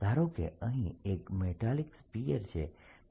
ધારો કે અહીં એક મેટાલીક સ્ફીયર છે